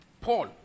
Paul